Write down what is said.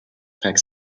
pack